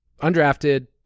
undrafted